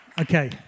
Okay